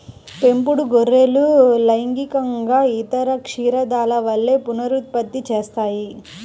పెంపుడు గొర్రెలు లైంగికంగా ఇతర క్షీరదాల వలె పునరుత్పత్తి చేస్తాయి